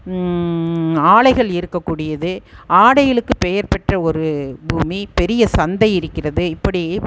ஆலைகள் இருக்கக்கூடியது ஆடைகளுக்கு பெயர் பெற்ற ஒரு பூமி பெரிய சந்தை இருக்கிறது இப்படி